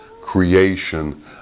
creation